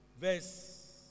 verse